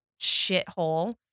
shithole